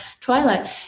Twilight